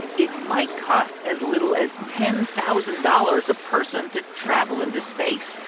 it might cost as little as ten thousand dollars a person to travel into space,